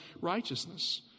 righteousness